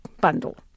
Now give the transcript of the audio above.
bundle